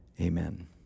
Amen